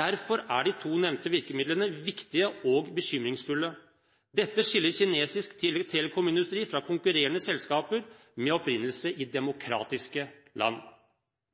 Derfor er de to nevnte virkemidlene viktige og bekymringsfulle. Dette skiller kinesisk telekomindustri fra konkurrerende selskaper med opprinnelse i demokratiske land.